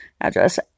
address